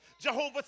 Jehovah